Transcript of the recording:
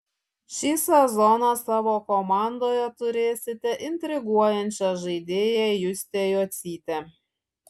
šį sezoną savo komandoje turėsite intriguojančią žaidėją justę jocytę